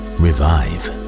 revive